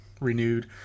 renewed